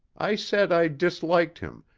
i said i disliked him,